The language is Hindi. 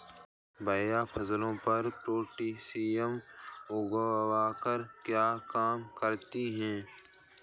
भैया फसलों पर पोटैशियम उर्वरक क्या काम करती है?